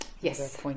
yes